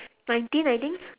nineteen I think